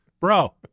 bro